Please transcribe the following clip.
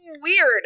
weird